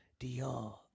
Dior